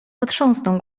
potrząsnął